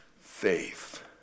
faith